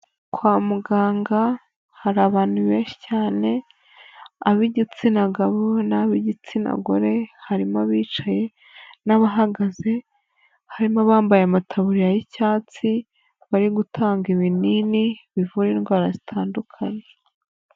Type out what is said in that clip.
Kwa muganga hari abantu benshi cyane ab'igitsina gabo n'ab'igitsina gore, harimo abicaye n'abahagaze, harimo abambaye amataburiya y'icyatsi bari gutanga ibinini bivura indwara zitandukanye.